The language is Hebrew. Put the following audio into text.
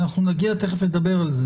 תיכף נדבר על זה.